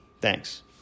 Thanks